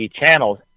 channels